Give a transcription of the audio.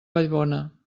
vallbona